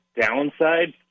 downside